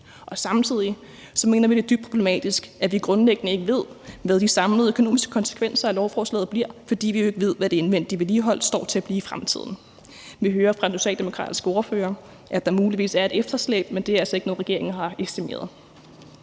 dag. Samtidig mener vi det, at det er dybt problematisk, at vi grundlæggende ikke ved, hvad de samlede økonomiske konsekvenser af lovforslaget bliver, fordi vi jo ikke ved, hvad det indvendige vedligehold står til at blive i fremtiden. Vi hører fra den socialdemokratiske ordfører, at der muligvis er et efterslæb, men det er altså ikke noget, regeringen har estimeret.